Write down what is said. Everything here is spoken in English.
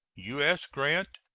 u s. grant,